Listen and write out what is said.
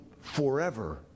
forever